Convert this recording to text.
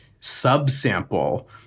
subsample